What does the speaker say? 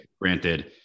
granted